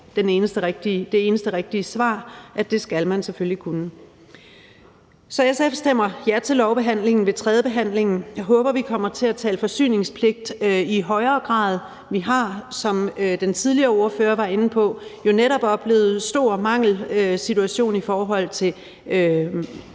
det eneste rigtige svar, altså at det skal man selvfølgelig kunne. SF stemmer ja til lovforslaget ved tredjebehandlingen. Jeg håber, vi kommer til at tale forsyningspligt i højere grad. Vi har, som den tidligere ordfører var inde på, jo netop oplevet en stor mangelsituation i forhold til